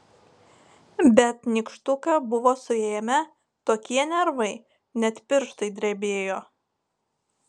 bet nykštuką buvo suėmę tokie nervai net pirštai drebėjo